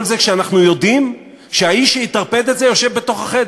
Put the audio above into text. כל זה כשאנחנו יודעים שהאיש שיטרפד את זה יושב בתוך החדר.